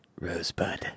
Rosebud